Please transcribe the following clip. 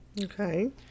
Okay